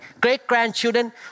great-grandchildren